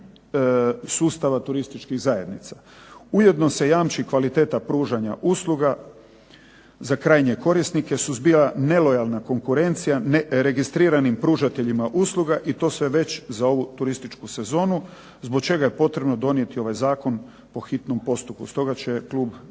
sustava turističkih zajednica. Ujedno se jamči kvaliteta pružanja usluga za krajnje korisnika, suzbija nelojalna konkurencija neregistriranim pružateljima usluga i to sve već za ovu turističku sezonu zbog čega je potrebno donijeti ovaj zakon po hitnom postupku. Stoga će klub